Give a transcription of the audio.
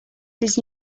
his